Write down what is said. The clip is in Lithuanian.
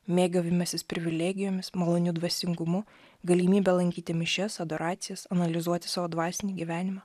mėgavimasis privilegijomis maloniu dvasingumu galimybe lankyti mišias adoracijas analizuoti savo dvasinį gyvenimą